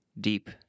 deep